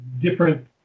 different